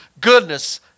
goodness